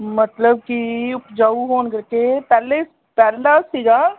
ਮਤਲਬ ਕਿ ਉਪਜਾਉ ਹੋਣ ਕਰਕੇ ਪਹਿਲੇ ਪਹਿਲਾਂ ਸੀਗਾ